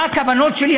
מה הכוונות שלי?